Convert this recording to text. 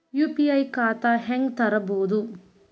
UPI ಖಾತಾ ಹೆಂಗ್ ತೆರೇಬೋದು?